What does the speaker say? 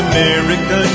America